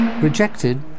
Rejected